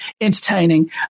entertaining